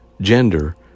gender